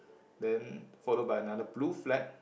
then followed by another blue flag